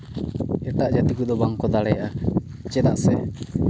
ᱮᱴᱟᱜ ᱡᱟᱹᱛᱤ ᱠᱚᱫᱚ ᱵᱟᱝᱠᱚ ᱫᱟᱲᱮᱭᱟᱜᱼᱟ ᱪᱮᱫᱟᱜ ᱥᱮ